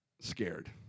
scared